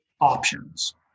options